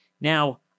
Now